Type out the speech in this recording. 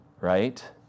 right